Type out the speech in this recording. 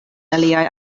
aliaj